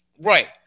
right